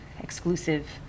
exclusive